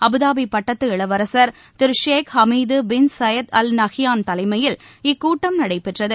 Abu Dhabi பட்டத்து இளவரசர் திரு Sheikh Hamid bin Zayed Al Nahyan தலைமையில் இக்கூட்டம் நடைபெற்றது